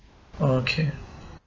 okay